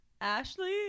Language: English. ashley